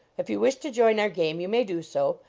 if you wish to join our game, you may do so,